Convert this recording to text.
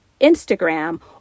Instagram